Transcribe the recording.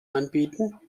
anbieten